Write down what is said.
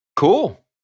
Cool